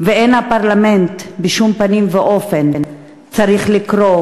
// ואין הפרלמנט, בשום פנים ואופן, / צריך לקרוא: